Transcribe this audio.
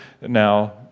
now